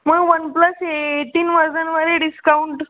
मग OnePlus A eighteen वर्जनवर आहे डिस्काऊंट